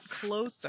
closer